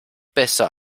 besser